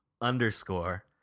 underscore